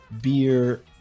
beer